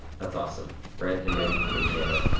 that's awesome brent inman from indiana.